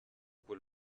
quel